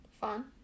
Fun